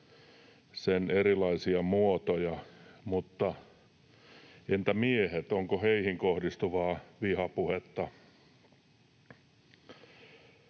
sen erilaiset muodot, mutta entä miehet, onko heihin kohdistuvaa vihapuhetta?